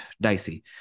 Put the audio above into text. dicey